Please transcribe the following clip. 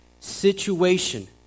Situation